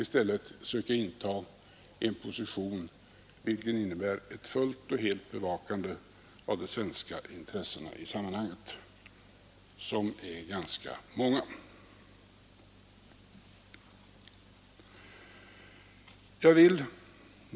Den svenska regeringen bör nog ges det erkännandet, rberett sig för denna s som innebär ett fullt och helt bevakande av de svenska intressena i sammanhanget, som är ganska många.